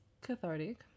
cathartic